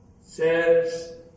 says